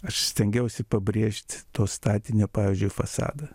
aš stengiausi pabrėžt to statinio pavyzdžiui fasadą